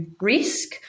risk